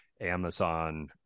Amazon